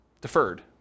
Deferred